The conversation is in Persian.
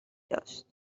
داشت